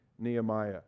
Nehemiah